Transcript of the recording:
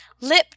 Lip